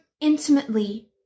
intimately